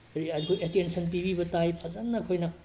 ꯑꯩꯈꯣꯏ ꯑꯇꯦꯟꯁꯟ ꯄꯤꯕꯤꯕ ꯇꯥꯏ ꯐꯖꯅ ꯑꯩꯈꯣꯏꯅ